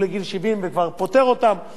אבל גם להם עשינו ועדות מיוחדות,